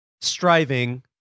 striving